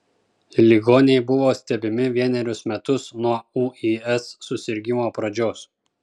ligoniai buvo stebimi vienerius metus nuo ūis susirgimo pradžios